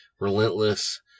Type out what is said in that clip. relentless